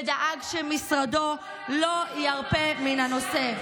ודאג שמשרדו לא ירפה מן הנושא,